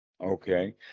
Okay